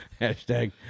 Hashtag